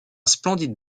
splendide